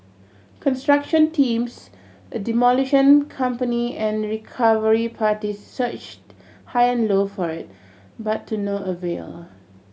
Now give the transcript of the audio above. construction teams a demolition company and recovery parties searched high and low for it but to no avail